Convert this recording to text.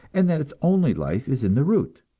and that its only life is in the root.